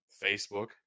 Facebook